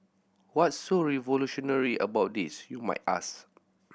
what's so revolutionary about this you might ask